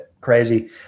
crazy